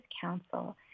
council